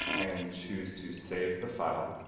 and choose to save the file.